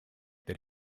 that